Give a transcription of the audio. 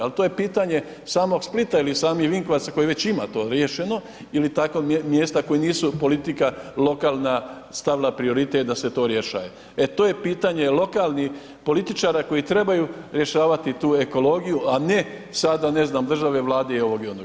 Ali to je pitanje samog Splita ili samih Vinkovaca koji ima već to riješeno ili takva mjesta koja nisu politika lokalna stavila prioritet da se to rješaje, e to je pitanje lokalnih političara koji trebaju rješavati tu ekologiju, a ne sada ne znam države, vlade i ovog i onog.